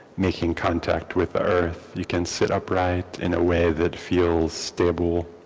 making contact with the earth. you can sit upright in a way that feels stable